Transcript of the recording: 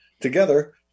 Together